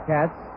Cats